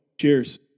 Cheers